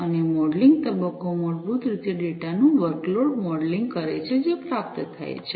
અને મોડેલિંગ તબક્કો મૂળભૂત રીતે ડેટાનું વર્કલોડ મોડેલિંગ કરે છે જે પ્રાપ્ત થાય છે